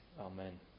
Amen